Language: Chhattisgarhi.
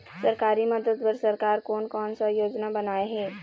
सरकारी मदद बर सरकार कोन कौन सा योजना बनाए हे?